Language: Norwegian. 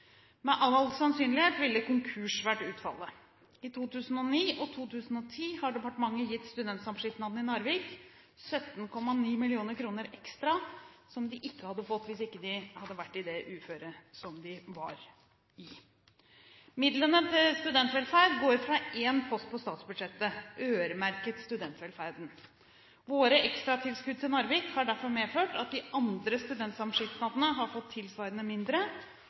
Med all sannsynlighet ville konkurs vært utfallet. I 2009 og i 2010 har departementet gitt Studentsamskipnaden i Narvik 17,9 mill. kr ekstra, som de ikke hadde fått hvis de ikke hadde vært i det uføret som de var i. Midlene til studentvelferd går fra én post på statsbudsjettet, øremerket studentvelferden. Våre ekstratilskudd til Narvik har derfor medført at de andre studentsamskipnadene har fått tilsvarende mindre,